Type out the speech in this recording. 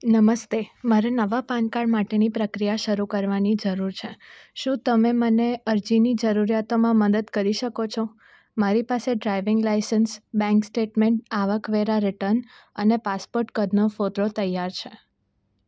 નમસ્તે મારે નવા પાન કાર્ડ માટેની પ્રક્રિયા શરૂ કરવાની જરૂર છે શું તમે મને અરજીની જરૂરિયાતોમાં મદદ કરી શકો છો મારી પાસે ડ્રાઇવિંગ લાઇસન્સ બેંક સ્ટેટમેન્ટ આવકવેરા રિટર્ન અને પાસપોર્ટ કદનો ફોટો તૈયાર છે